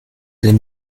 dem